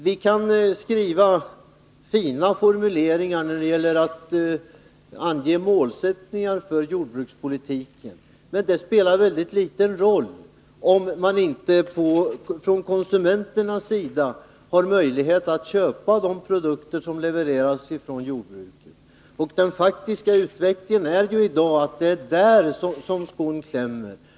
Vi kan skriva fina formuleringar när det gäller att ange målsättningar för jordbrukspolitiken, men det spelar inte någon roll om konsumenterna inte har möjlighet att köpa de produkter som levereras från jordbruket. Och den faktiska utvecklingen är ju sådan i dag att det är där som skon klämmer.